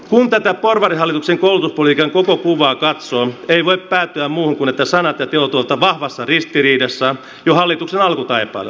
kun tätä porvarihallituksen koulutuspolitiikan koko kuvaa katsoo ei voi päätyä muuhun kuin että sanat ja teot ovat vahvassa ristiriidassa jo hallituksen alkutaipaleella